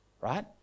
right